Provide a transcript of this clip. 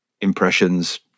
impressions